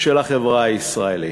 של החברה הישראלית.